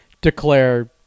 declare